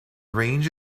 range